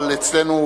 אבל אצלנו,